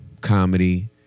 comedy